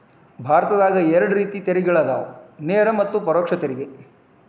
ಭಾರತದಾಗ ಎರಡ ರೇತಿ ತೆರಿಗೆಗಳದಾವ ನೇರ ಮತ್ತ ಪರೋಕ್ಷ ತೆರಿಗೆ